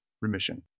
remission